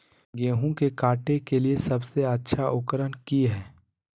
गेहूं के काटे के लिए सबसे अच्छा उकरन की है?